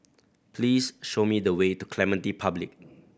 please show me the way to Clementi Public